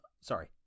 Sorry